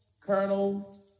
colonel